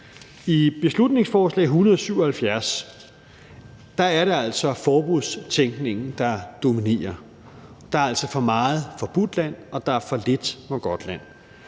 I beslutningsforslag nr. B 177 er det altså forbudstænkningen, der dominerer. Der er altså for meget Forbudtland og for lidt Mågodtland.